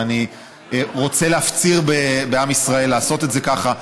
ואני רוצה להפציר בעם ישראל לעשות את זה ככה.